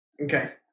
Okay